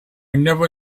never